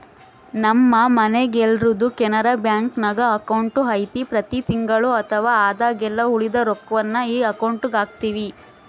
ನಮ್ಮ ಮನೆಗೆಲ್ಲರ್ದು ಕೆನರಾ ಬ್ಯಾಂಕ್ನಾಗ ಅಕೌಂಟು ಐತೆ ಪ್ರತಿ ತಿಂಗಳು ಅಥವಾ ಆದಾಗೆಲ್ಲ ಉಳಿದ ರೊಕ್ವನ್ನ ಈ ಅಕೌಂಟುಗೆಹಾಕ್ತಿವಿ